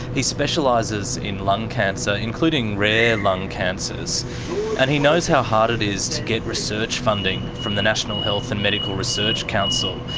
he specialises in lung cancer, including rare and lung cancers. and and he knows how hard it is to get research funding from the national health and medical research council.